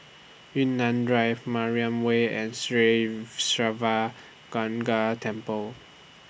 Yunnan Drive Mariam Way and Sri Siva Temple